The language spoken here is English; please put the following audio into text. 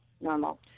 normal